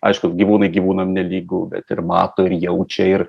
aišku gyvūnai gyvūnam nelygu bet ir mato ir jaučia ir